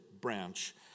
branch